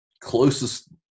closest